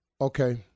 Okay